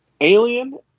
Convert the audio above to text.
alien